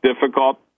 difficult